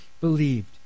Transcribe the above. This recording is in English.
believed